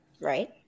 Right